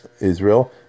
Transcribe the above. Israel